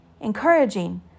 encouraging